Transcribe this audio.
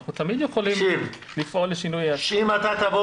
אנחנו תמיד יכולים לפעול לשינוי ההסכם.